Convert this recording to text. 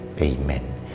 Amen